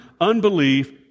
unbelief